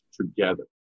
together